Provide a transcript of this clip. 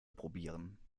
probieren